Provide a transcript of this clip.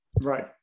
Right